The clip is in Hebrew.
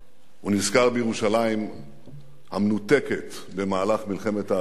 הוא נזכר בירושלים המנותקת במהלך מלחמת העצמאות,